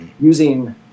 using